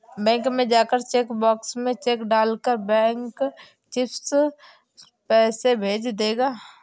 bank में जाकर cheque box में चेक डाल कर बैंक चिप्स पैसे भेज देगा